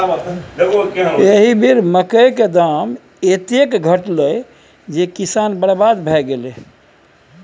एहि बेर मकई क दाम एतेक घटलै जे किसान बरबाद भए गेलै